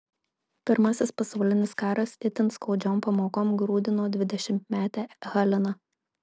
pirmasis pasaulinis karas itin skaudžiom pamokom grūdino dvidešimtmetę haliną